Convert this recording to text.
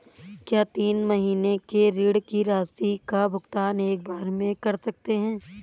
क्या तीन महीने के ऋण की राशि का भुगतान एक बार में कर सकते हैं?